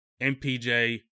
MPJ